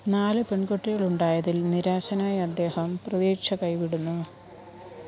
നാല് പെൺകുട്ടികളുണ്ടായതിൽ നിരാശനായ അദ്ദേഹം പ്രതീക്ഷ കൈവിടുന്നു